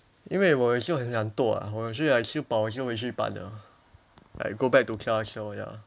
因为我有时候很懒惰我吃 like 吃饱我就回去班了 like go back to class so ya